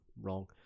Wrong